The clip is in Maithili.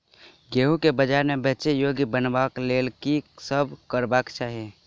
गेंहूँ केँ बजार मे बेचै योग्य बनाबय लेल की सब करबाक चाहि?